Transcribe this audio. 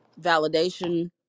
validation